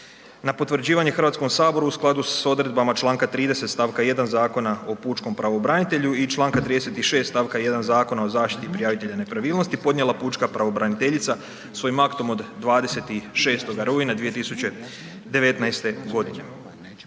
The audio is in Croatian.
na potvrđivanje HS u skladu s odredbama čl. 30. st. 1. Zakona o pučkom pravobranitelju i čl. 36. st. 1. Zakona o zaštiti prijavitelja nepravilnosti podnijela pučka pravobraniteljica svojim aktom od 26. rujna 2019.g.